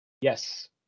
Yes